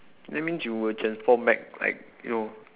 that means you will transform back like you know